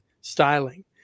styling